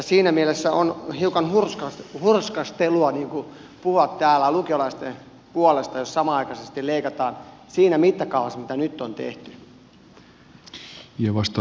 siinä mielessä on hiukan hurskastelua puhua täällä lukiolaisten puolesta jos samanaikaisesti leikataan siinä mittakaavassa kuin nyt on tehty